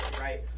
right